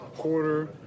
quarter